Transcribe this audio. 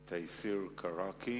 המנוח תייסיר קרקי